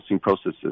processes